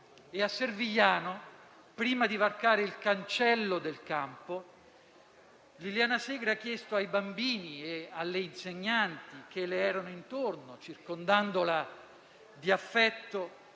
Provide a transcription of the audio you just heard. A Servigliano, prima di varcare il cancello del campo, Liliana Segre ha chiesto ai bambini e alle insegnanti che le erano intorno, circondandola di affetto,